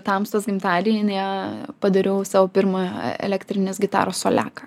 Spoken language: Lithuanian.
tamstos gimtadienyje padariau savo pirmą elektrinės gitaros soliaką